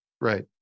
Right